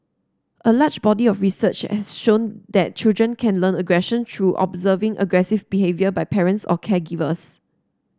a large body of research has shown that children can learn aggression through observing aggressive behaviour by parents or caregivers